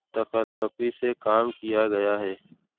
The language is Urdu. تکلفی سے کام کیا گیا ہے